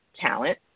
talent